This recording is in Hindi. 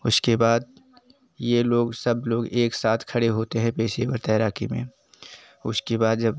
उसके बाद यह लोग सब लोग एक साथ खड़े होते हैं पेशेवर तैराकी में उसके बाद जब